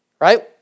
right